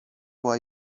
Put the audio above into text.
była